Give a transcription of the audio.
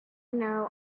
know